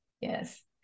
yes